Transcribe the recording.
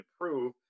improve